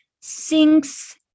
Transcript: sinks